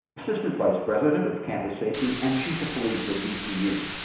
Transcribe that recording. assistant vice president of campus safety, and chief of police at vcu.